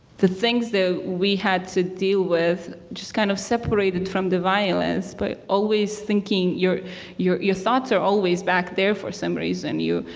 the things that we had to deal with just kind of separated from the violence. but always thinking, your your thoughts are always back there for some reason. you,